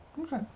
Okay